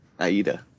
Aida